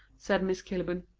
said miss kilburn.